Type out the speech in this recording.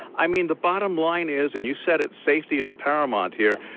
i mean the bottom line is and you said it, safety is pair amount here.